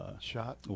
shot